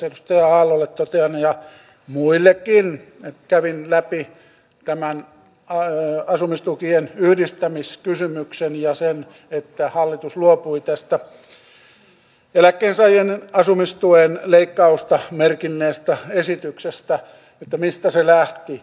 edustaja aallolle totean ja muillekin että kävin läpi tämän asumistukien yhdistämiskysymyksen ja sen että kun hallitus luopui tästä eläkkeensaajien asumistuen leikkausta merkinneestä esityksestä mistä se lähti